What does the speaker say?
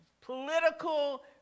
political